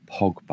Pogba